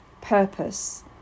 purpose